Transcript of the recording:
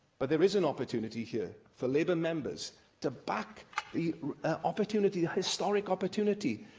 but there is an opportunity here for labour members to back the opportunity, the historic opportunity,